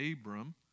Abram